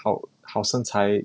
好好身材:hao hao shenan cai